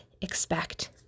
expect